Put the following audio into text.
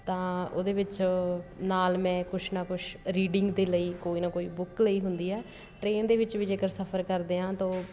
ਤਾਂ ਉਹਦੇ ਵਿੱਚ ਨਾਲ ਮੈਂ ਕੁਛ ਨਾ ਕੁਛ ਰੀਡਿੰਗ ਦੇ ਲਈ ਕੋਈ ਨਾ ਕੋਈ ਬੁੱਕ ਲਈ ਹੁੰਦੀ ਆ ਟ੍ਰੇਨ ਦੇ ਵਿੱਚ ਵੀ ਜੇਕਰ ਸਫ਼ਰ ਕਰਦੇ ਹਾਂ ਤਾਂ ਉਹ